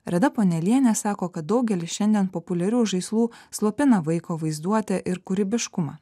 reda ponelienė sako kad daugelis šiandien populiarių žaislų slopina vaiko vaizduotę ir kūrybiškumą